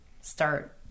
start